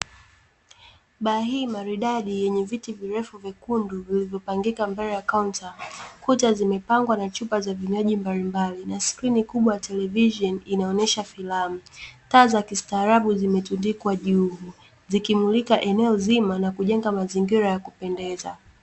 Baa hii maridadi yenye viti virefu vyekundu vilivyopangika mbele ya kaunta. Kuta zimepangwa na chupa za vinywaji mbalimbali, na skrini kubwa ya televisheni inaonesha filamu. Taa za kistaarabu zimetundikwa juu, zikimulika eneo zima na kujenga mazingira ya kupendeza.